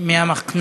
מהמחנה